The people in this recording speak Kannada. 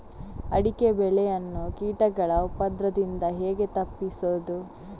ಅಡಿಕೆ ಬೆಳೆಯನ್ನು ಕೀಟಗಳ ಉಪದ್ರದಿಂದ ಹೇಗೆ ತಪ್ಪಿಸೋದು?